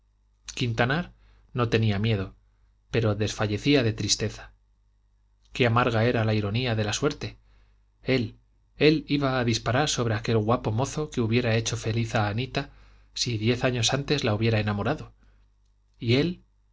quintanar no tenía miedo pero desfallecía de tristeza qué amarga era la ironía de la suerte él él iba a disparar sobre aquel guapo mozo que hubiera hecho feliz a anita si diez años antes la hubiera enamorado y él